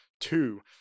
two